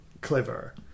clever